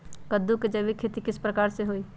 कददु के जैविक खेती किस प्रकार से होई?